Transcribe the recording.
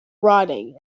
rotting